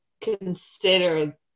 consider